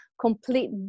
complete